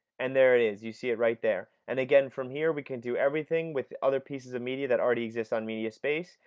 and there it is. you see it right there and again from here we can do everything with other pieces of media that already exist on mediaspace,